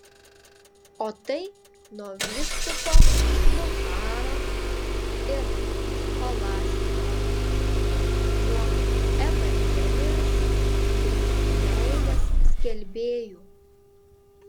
o tai nuo vyskupo notaro ir scholastiko nuo evangelijos bei meilės skelbėjų